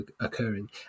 occurring